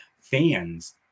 fans